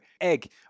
Egg